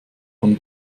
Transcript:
von